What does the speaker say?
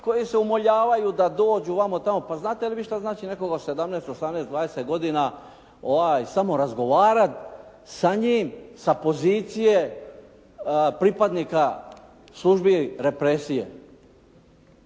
koji se umoljavaju da dođu, vamo, tamo, pa znate li vi što znači nekoga od 17, 18, 20 godina samo razgovarati sa njim sa pozicije pripadnika službi represije.